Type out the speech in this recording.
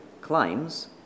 claims